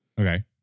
Okay